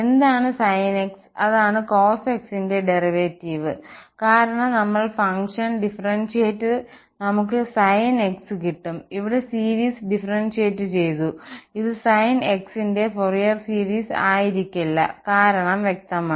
എന്താണ് sin x അതാണ് cos x ന്റെ ഡെറിവേറ്റീവ് കാരണം നമ്മൾ ഫംഗ്ഷൻ ഡിഫറന്സിയേറ്റ് നമുക്ക് sin x കിട്ടുംഇവിടെ സീരീസ് ഡിഫറന്സിയേറ്റ് ചെയ്തു ഇത് sin x ന്റെ ഫോറിയർ സീരീസ് ആയിരിക്കില്ല കാരണം വ്യക്തമാണ്